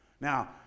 Now